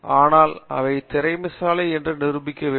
ஆனால் அவர் திறமைசாலி என்று நிரூபிக்க வேண்டும்